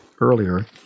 earlier